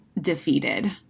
defeated